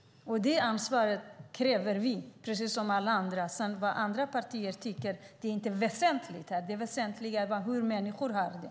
Det ansvaret kräver vi, precis som alla andra. Vad sedan andra partier tycker är inte väsentligt. Det väsentliga är hur människor har det.